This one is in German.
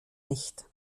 nicht